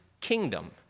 kingdom